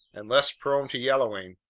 and less prone to yellowing,